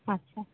আচ্ছা